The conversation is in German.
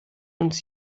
uns